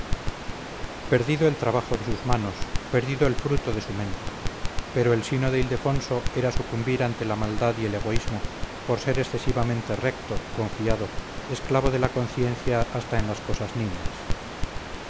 perdido el trabajo de sus manos perdido el fruto de su mente pero el sino de ildefonso era sucumbir ante la maldad y el egoísmo por ser excesivamente recto confiado esclavo de la conciencia hasta en las cosas nimias